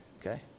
Okay